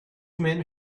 men